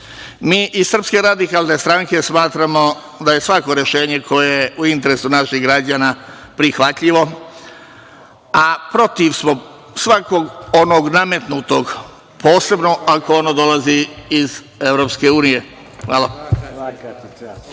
personalno rešiti. Mi iz SRS smatramo da je svako rešenje koje je u interesu naših građana prihvatljivo, a protiv smo svakog onog nametnutog, posebno ako ono dolazi iz EU. Hvala.